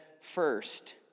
first